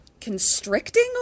constricting